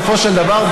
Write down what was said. בסופו של דבר,